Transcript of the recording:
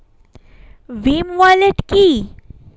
Bhim wallet কি?